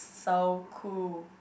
so cool